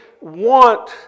want